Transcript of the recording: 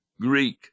greek